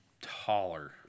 taller